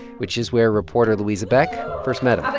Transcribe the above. which is where reporter luisa beck first met um